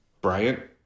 Bryant